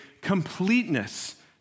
completeness